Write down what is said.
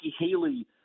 Haley –